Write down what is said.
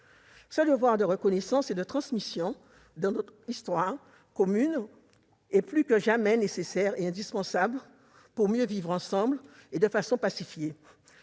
Ce devoir de reconnaissance et de transmission de notre histoire commune est plus que jamais indispensable pour mieux vivre ensemble, et de façon pacifiée.